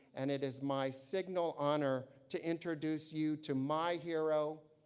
and it is my signal honor to introduce you to my hero,